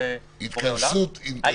ההתכנסות.